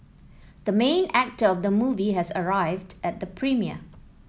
the main actor of the movie has arrived at the premiere